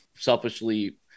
selfishly